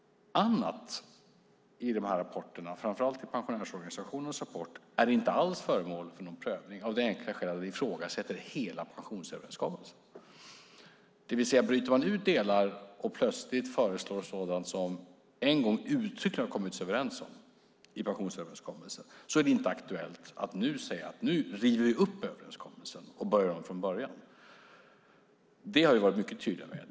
Annat i dessa rapporter, framför allt i pensionärsorganisationernas rapport, är inte föremål för någon prövning av det enkla skälet att det ifrågasätter hela pensionsöverenskommelsen. Att bryta ut delar och föreslå sådant som man en gång uttryckligen kommit överens om i samband med pensionsöverenskommelsen är inte aktuellt, alltså att nu säga att vi river upp överenskommelsen och börjar om från början. Det har vi varit mycket tydliga med.